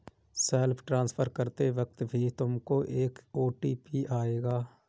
self transfer करते वक्त भी तुमको एक ओ.टी.पी आएगा